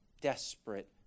desperate